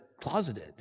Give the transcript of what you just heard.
closeted